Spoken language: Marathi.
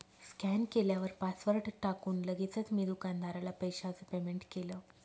स्कॅन केल्यावर पासवर्ड टाकून लगेचच मी दुकानदाराला पैशाचं पेमेंट केलं